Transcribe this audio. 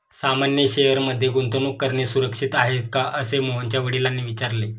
सामान्य शेअर मध्ये गुंतवणूक करणे सुरक्षित आहे का, असे मोहनच्या वडिलांनी विचारले